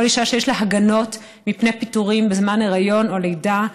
כל אישה שיש לה הגנות מפני פיטורים בזמן היריון או לידה,